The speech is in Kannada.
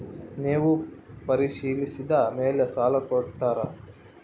ನೇವು ಪರಿಶೇಲಿಸಿದ ಮೇಲೆ ಸಾಲ ಕೊಡ್ತೇರಾ?